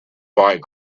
fight